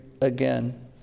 again